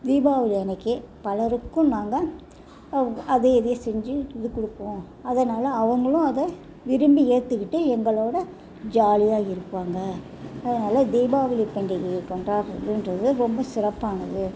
தீபாவளி அன்றைக்கி பலருக்கும் நாங்கள் அதையும் இதையும் செஞ்சி இது கொடுப்போம் அதனால் அவங்களும் அதை விரும்பி ஏற்றுக்கிட்டு எங்களோடய ஜாலியாக இருப்பாங்க அதுனால் தீபாவளி பண்டிகையை கொண்டாடுறதுன்றது ரொம்ப சிறப்பானது